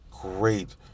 great